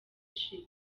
ishize